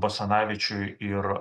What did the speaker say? basanavičiui ir